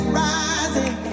rising